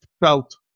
felt